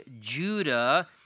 Judah